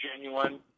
genuine